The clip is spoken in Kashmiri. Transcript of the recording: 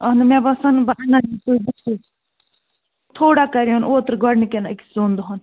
اہن حظ مےٚ باسان بہٕ انَن یہِ تھوڑا کَریٛون اوترٕ گۄڈٕنِکیٚن أکِس دۄن دۄہَن